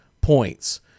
points